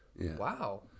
wow